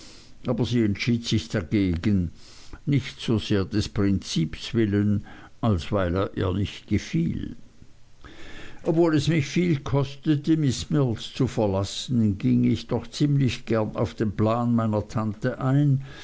aber sie entschied sich dagegen nicht so sehr des prinzips willen als weil er ihr nicht gefiel obwohl es mich viel kostete miß mills zu verlassen ging ich doch ziemlich gern auf den plan meiner tante ein